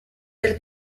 del